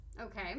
Okay